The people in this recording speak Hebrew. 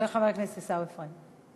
וחבר הכנסת עיסאווי פריג'.